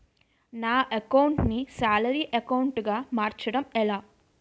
నా అకౌంట్ ను salary account గా మార్చటం ఎలా?